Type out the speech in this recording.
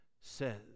says